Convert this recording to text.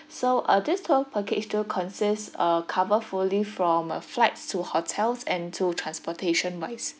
so uh this tour package do consist uh cover fully from uh flights to hotels and to transportation wise